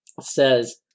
says